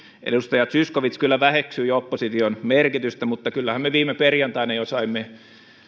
edustaja zyskowicz kyllä väheksyi opposition merkitystä mutta kyllähän me viime perjantaina jo saimme